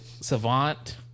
Savant